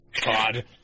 God